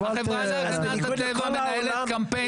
אל תגיד --- החברה להגנת הטבע מנהלת קמפיין